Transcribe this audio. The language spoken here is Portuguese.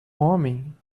homem